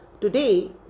today